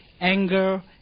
anger